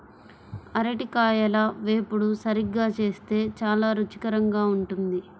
అరటికాయల వేపుడు సరిగ్గా చేస్తే చాలా రుచికరంగా ఉంటుంది